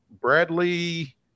Bradley